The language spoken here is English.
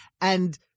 and-